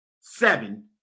seven